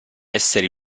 essere